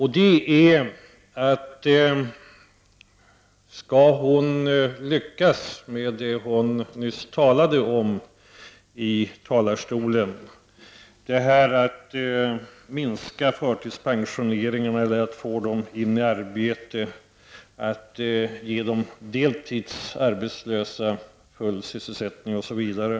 Hon talade nyss från denna talarstol om behov av att få in förtidspensionerade i arbete, av att ge de deltidsarbetslösa full sysselsättning osv.